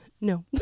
no